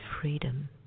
freedom